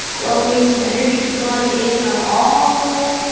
welcoming some energy to the body. inhale all the way up,